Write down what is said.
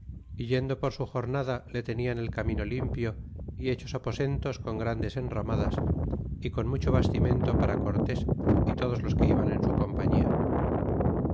yendo por su jornada le tenian el camino limpio y hechos aposentos con grandes enramadas é con mucho bastimento para cortés y todos los que iban en su compañía